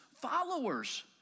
followers